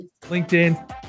LinkedIn